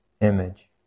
image